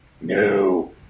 no